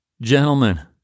Gentlemen